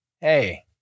Hey